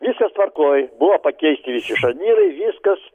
viskas tvarkoj buvo pakeisti visi šarnyrai viskas